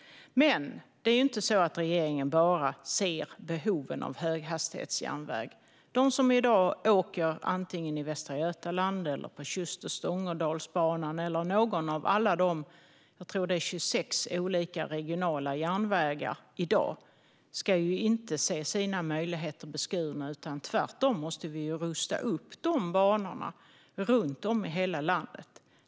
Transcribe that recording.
Men regeringen ser inte bara behoven av höghastighetsjärnväg. De som i dag åker antingen i Västra Götaland eller på Tjust och Stångådalsbanorna eller någon annan av alla de 26 olika regionala järnvägarna ska inte se sina möjligheter beskurna. Tvärtom måste vi rusta upp dessa banor runt om i hela landet.